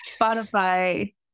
spotify